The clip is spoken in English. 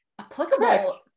applicable